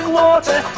water